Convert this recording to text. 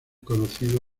conocido